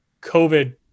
COVID